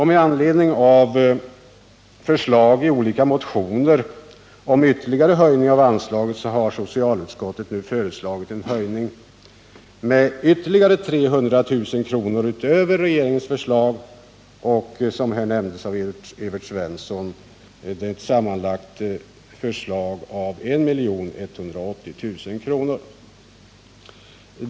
Med anledning av förslag i olika motioner om ytterligare höjningar av anslaget har socialutskottet föreslagit en höjning med 300 000 kr. utöver regeringens förslag till, som nämndes av Evert Svensson, sammanlagt 1 180 000 kr.